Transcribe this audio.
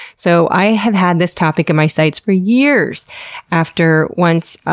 so i have had this topic in my sights for years after once,